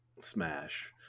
Smash